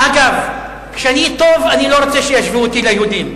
אגב, כשאני טוב, אני לא רוצה שישוו אותי ליהודים.